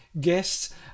guests